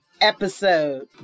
episode